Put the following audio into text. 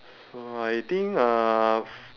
so I think uh